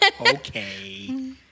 Okay